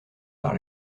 par